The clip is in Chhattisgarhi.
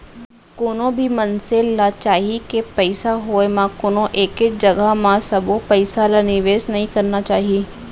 कोनो भी मनसे ल चाही के पइसा होय म कोनो एके जघा म सबो पइसा ल निवेस नइ करना चाही